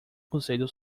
conselho